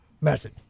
method